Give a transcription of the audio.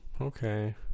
Okay